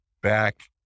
back